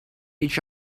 each